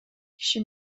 киши